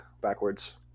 backwards